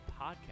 podcast